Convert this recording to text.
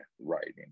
writing